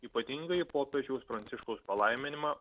ypatingąjį popiežiaus pranciškaus palaiminimą